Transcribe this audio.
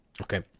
Okay